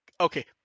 Okay